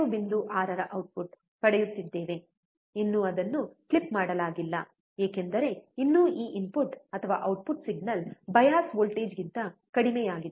6 ರ ಔಟ್ಪುಟ್ ಪಡೆಯುತ್ತಿದ್ದೇವೆ ಇನ್ನೂ ಅದನ್ನು ಕ್ಲಿಪ್ ಮಾಡಲಾಗಿಲ್ಲ ಏಕೆಂದರೆ ಇನ್ನೂ ಈ ಇನ್ಪುಟ್ ಅಥವಾ ಔಟ್ಪುಟ್ ಸಿಗ್ನಲ್ ಬಯಾಸ್ ವೋಲ್ಟೇಜ್ ಗಿಂತ ಕಡಿಮೆಯಾಗಿದೆ